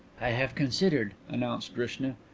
i have considered, announced drishna.